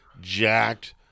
jacked